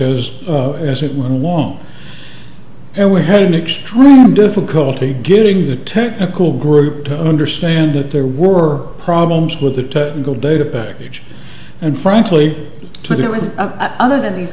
as as it went along and we had an extreme difficulty getting the technical group to understand that there were problems with the technical data package and frankly there was other than these